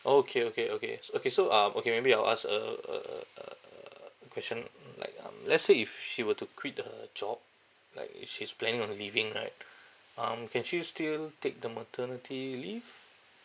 okay okay okays okay so um okay maybe I'll ask a a a a a a question like um let's say if she were to quit the job like she's planning on leaving right um can she still take the maternity leave